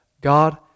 God